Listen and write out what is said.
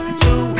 two